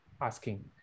asking